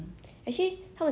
really